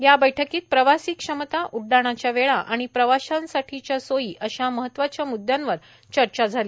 या बैठकीत प्रवासी क्षमता उड्डाणाच्या वेळा आणि प्रवाशांसाठीच्या सोयी अशा महत्वाच्या म्द्यांवर चर्चा झाली